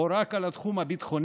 או רק על התחום הביטחוני,